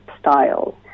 styles